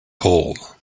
hole